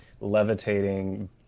levitating